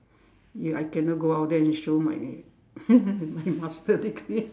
ya I cannot go out there and show my my master degree